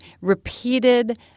repeated